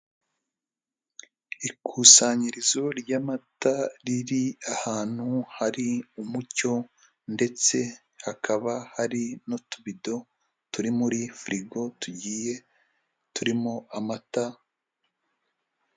Ikusanyirizo ry'amata riri ahantu hari umucyo, ndetse hakaba hari n'utubido turi muri firigo tugiye turimo amata.